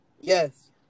Yes